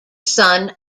son